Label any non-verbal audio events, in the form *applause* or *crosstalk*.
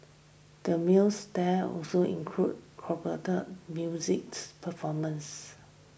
the meals there also include *unintelligible* music performances